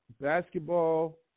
basketball